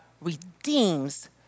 redeems